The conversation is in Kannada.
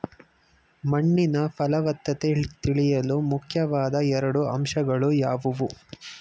ಮಣ್ಣಿನ ಫಲವತ್ತತೆ ತಿಳಿಯಲು ಮುಖ್ಯವಾದ ಎರಡು ಅಂಶಗಳು ಯಾವುವು?